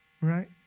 Right